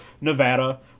Nevada